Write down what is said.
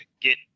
get